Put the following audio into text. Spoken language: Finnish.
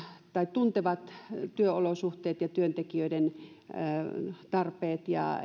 tuntevat työolosuhteet ja työntekijöiden tarpeet ja